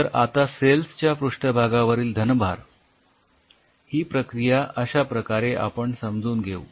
तर आता सेल्स च्या पृष्ठभागावरील धनभार ही प्रक्रिया अश्या प्रकारे आपण समजून घेऊ